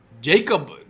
Jacob